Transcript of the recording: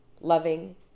loving